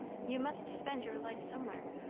you must spend your life somewhere.